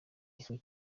ifu